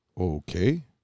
okay